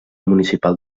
municipal